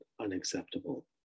unacceptable